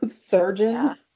surgeon